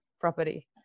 property